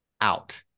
out